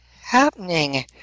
happening